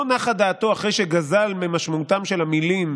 לא נחה דעתו אחרי שגזל ממשמעותן של המילים